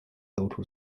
local